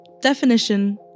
Definition